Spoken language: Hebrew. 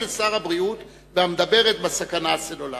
לשר הבריאות המדברות על הסכנה הסלולרית.